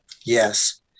Yes